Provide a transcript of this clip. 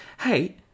hey